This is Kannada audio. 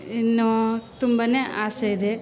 ಇನ್ನೂ ತುಂಬನೇ ಆಸೆ ಇದೆ